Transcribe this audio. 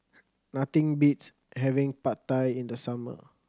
nothing beats having Pad Thai in the summer